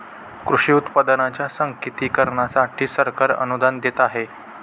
कृषी उत्पादनांच्या सांकेतिकीकरणासाठी सरकार अनुदान देत आहे